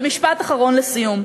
ומשפט אחרון לסיום.